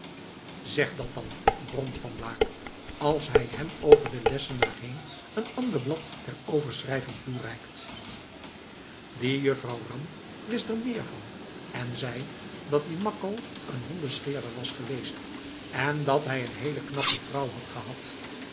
zeg dat dan bromt van blaak als hij hem over den lessenaar heen een ander blad ter overschrijving toereikt die juffrouw ram wist er meer van en zei dat die makko een hondenscheerder was geweest en dat hij een heele knappe vrouw had gehad